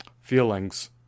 feelings